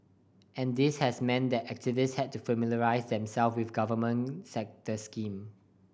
and this has meant that activists had to familiarise themselves with government set the scheme